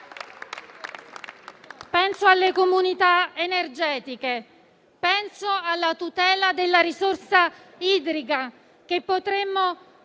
alle comunità energetiche, alla tutela della risorsa idrica, che potremo